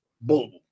Boom